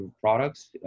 products